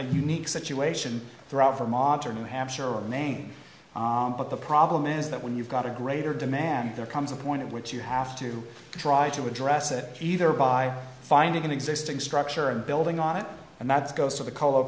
a unique situation throughout for modern new hampshire or maine but the problem is that when you've got a greater demand there comes a point at which you have to try to address it either by finding an existing structure and building on it and that's goes to the